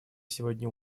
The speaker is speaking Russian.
сегодня